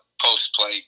post-play